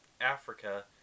Africa